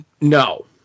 No